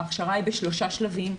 ההכשרה היא בשלושה שלבים.